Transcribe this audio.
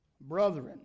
brethren